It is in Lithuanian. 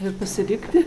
ir pasilikti